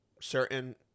certain